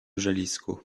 jalisco